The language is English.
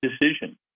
decision